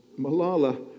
Malala